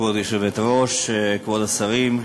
כבוד היושבת-ראש, כבוד השרים,